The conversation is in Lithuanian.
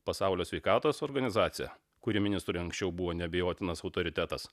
pasaulio sveikatos organizacija kuri ministrui anksčiau buvo neabejotinas autoritetas